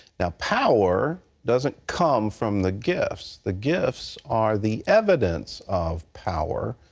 now, power doesn't come from the gifts. the gifts are the evidence of power.